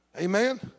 Amen